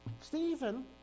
Stephen